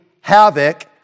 havoc